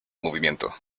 movimiento